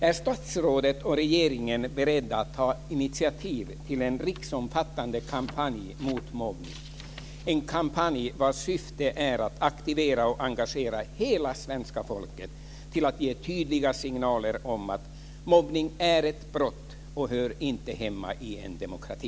Är statsrådet och regeringen beredda att ta initiativ till en riksomfattande kampanj mot mobbning - en kampanj vars syfte är att aktivera och engagera hela svenska folket till att ge tydliga signaler om att mobbning är ett brott som inte hör hemma i en demokrati?